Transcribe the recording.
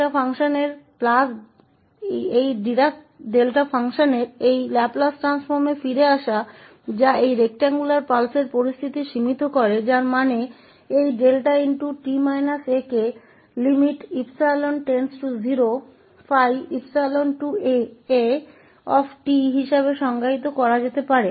तो अब Dirac delta function के इस लाप्लास ट्रांसफॉर्म पर वापस आ रहे हैं जो इस आयताकार पल्स की स्थिति को सीमित कर रहा है जिसका अर्थ है कि इस 𝛿𝑡 − 𝑎को 𝜖0𝜙𝜖a के रूप में परिभाषित किया जा सकता है